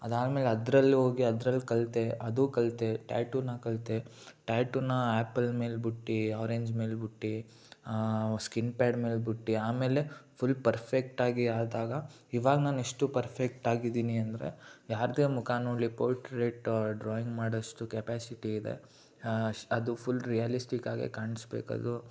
ಅದಾದ್ಮೇಲೆ ಅದರಲ್ಲೂ ಹೋಗಿ ಅದ್ರಲ್ಲಿ ಕಲಿತೆ ಅದು ಕಲಿತೆ ಟ್ಯಾಟುನ ಕಲಿತೆ ಟ್ಯಾಟುನಾ ಆ್ಯಪಲ್ ಮೇಲೆ ಬಿಟ್ಟು ಆರೆಂಜ್ ಮೇಲೆ ಬಿಟ್ಟು ಸ್ಕಿನ್ ಪ್ಯಾಡ್ ಮೇಲೆ ಬಿಟ್ಟು ಆಮೇಲೆ ಫುಲ್ ಪರ್ಫೆಕ್ಟಾಗಿ ಆದಾಗ ಇವಾಗ ನಾನು ಎಷ್ಟು ಪರ್ಫೆಕ್ಟಾಗಿದ್ದೀನಿ ಅಂದರೆ ಯಾರದೇ ಮುಖ ನೋಡಲಿ ಪೋರ್ಟ್ರೈಟ ಡ್ರಾಯಿಂಗ್ ಮಾಡೋಷ್ಟು ಕೆಪಾಸಿಟಿ ಇದೆ ಅದು ಫುಲ್ ರಿಯಾಲಿಸ್ಟಿಕ್ಕಾಗೇ ಕಾಣಿಸ್ಬೇಕದು